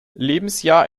lebensjahr